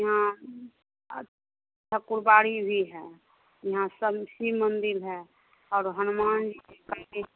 हाँ सब कुरबाड़ी भी है यहाँ सब शिव मंदिर है और हनुमान जी का मंदिर